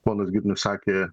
ponas girnius sakė